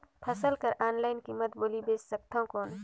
फसल कर ऑनलाइन कीमत बोली बेच सकथव कौन?